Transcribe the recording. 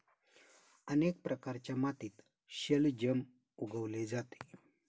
अनेक प्रकारच्या मातीत शलजम उगवले जाते